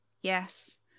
Yes